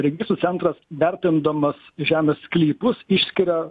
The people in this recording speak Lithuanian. registrų centras vertindamas žemės sklypus išskiria